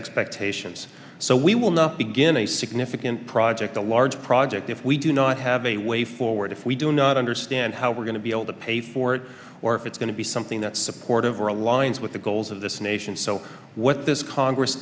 expectations so we will not begin a significant project a large project if we do not have a way forward if we do not understand how we're going to be able to pay for it or if it's going to be something that's supportive or aligns with the goals of this nation so what this congress